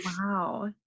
Wow